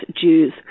Jews